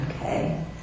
Okay